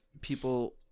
people